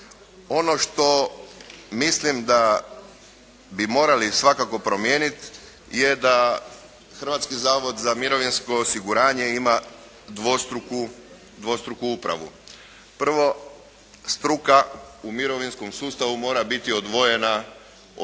Ono što mislim da bi morali svakako promijeniti je da Hrvatski zavod za mirovinsko osiguranje ima dvostruku upravu. Prvo, struka u mirovinskom sustavu mora biti odvojena od